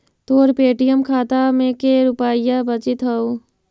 तोर पे.टी.एम खाता में के रुपाइया बचित हउ